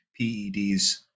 peds